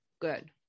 good